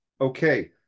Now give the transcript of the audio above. Okay